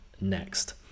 next